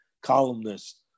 columnist